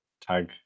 tag